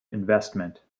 investment